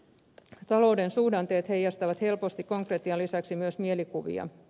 talouden suhdanteet heijastavat helposti konkretian lisäksi myös mielikuvia